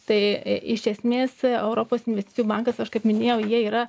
tai iš esmės europos investicijų bankas aš kaip minėjau jie yra